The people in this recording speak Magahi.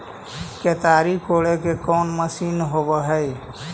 केताड़ी कोड़े के कोन मशीन होब हइ?